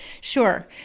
Sure